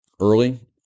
early